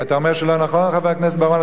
אתה אומר שלא נכון, חבר הכנסת בר-און?